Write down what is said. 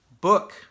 book